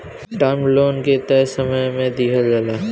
term loan के तय समय में दिहल जाला